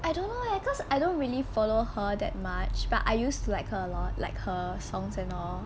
I don't know leh cause I don't really follow her that much but I used to like her a lot like her songs and all